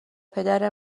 پدر